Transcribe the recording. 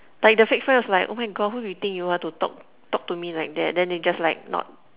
like the fake friends will like oh my God who do you think you are to talk talk to me like that then they just like not